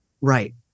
Right